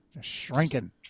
Shrinking